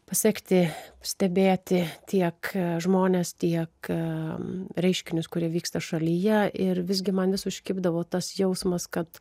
pasekti stebėti tiek žmones tiek reiškinius kurie vyksta šalyje ir visgi man vis užkibdavo tas jausmas kad